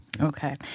Okay